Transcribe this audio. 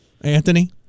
Anthony